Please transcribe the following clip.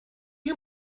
you